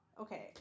Okay